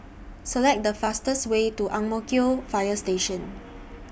Select The fastest Way to Ang Mo Kio Fire Station